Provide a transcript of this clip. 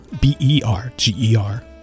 B-E-R-G-E-R